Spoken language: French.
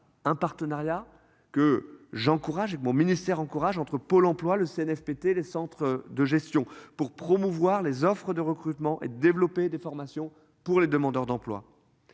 un partenariat que j'encourage de mon ministère encourage entre Pôle emploi, le Cnfpt, les centres de gestion pour promouvoir les offres de recrutement et développer des formations pour les demandeurs d'emploi.